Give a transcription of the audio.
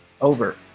Over